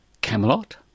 Camelot